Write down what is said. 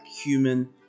human